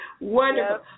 Wonderful